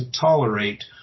tolerate